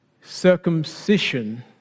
circumcision